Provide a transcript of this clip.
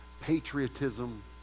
patriotism